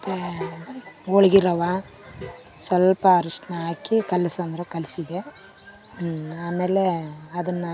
ಮತ್ತು ಹೋಳ್ಗಿ ರವಾ ಸ್ವಲ್ಪ ಅರಿಶ್ಣ ಹಾಕಿ ಕಲಸು ಅಂದರು ಕಲಸಿದೆ ಆಮೇಲೇ ಅದನ್ನು